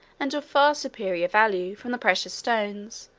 and of far superior value, from the precious stones,